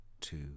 two